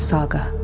Saga